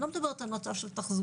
אני לא מדברת על מצב של תחזוקה,